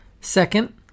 Second